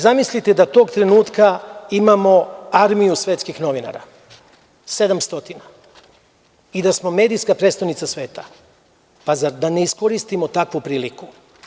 Zamislite da tog trenutka imamo armiju svetskih novinara, 700 i da smo medijska prestonica sveta, zar da ne iskoristimo takvu priliku?